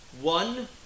One